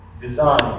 design